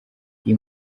iyi